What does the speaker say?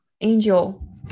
Angel